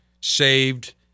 saved